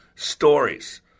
Stories